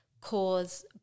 cause